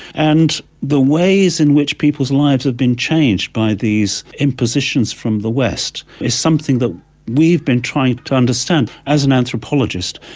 and the ways in which people's lives had been changed by these impositions from the west is something that we've been trying to understand. as an anthropologist,